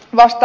joo